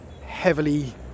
heavily